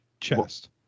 chest